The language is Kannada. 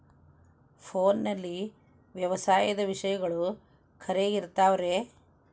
ಫೋನಲ್ಲಿ ವ್ಯವಸಾಯದ ವಿಷಯಗಳು ಖರೇ ಇರತಾವ್ ರೇ?